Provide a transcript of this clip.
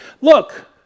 Look